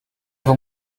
vos